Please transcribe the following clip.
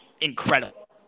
incredible